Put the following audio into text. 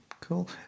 Cool